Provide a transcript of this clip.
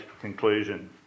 conclusion